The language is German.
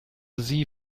sie